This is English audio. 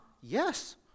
yes